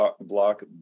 block